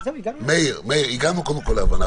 מאיר, הגענו קודם כול להבנה.